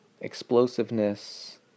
explosiveness